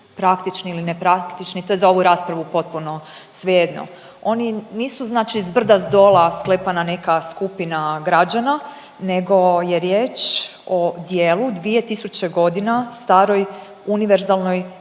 praktični ili ne praktični to je za ovu raspravu potpuno svejedno. Oni nisu znači s brda s dola sklepana neka skupina građana nego je riječ o djelu 2000 g. staroj univerzalnoj